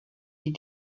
die